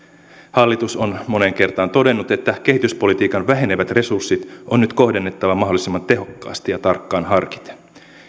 hallitus on moneen kertaan todennut että kehityspolitiikan vähenevät resurssit on nyt kohdennettava mahdollisimman tehokkaasti ja tarkkaan harkiten